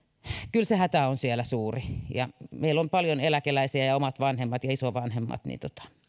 se hätä on siellä suuri meillä on paljon eläkeläisiä ja omat vanhemmat ja isovanhemmat